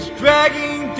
dragging